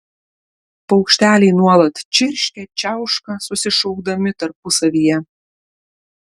paukšteliai nuolat čirškia čiauška susišaukdami tarpusavyje